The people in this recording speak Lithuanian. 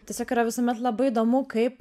tiesiog yra visuomet labai įdomu kaip